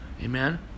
Amen